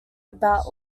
about